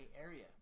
area